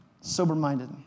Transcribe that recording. sober-minded